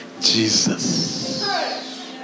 Jesus